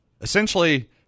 Essentially